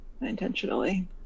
Intentionally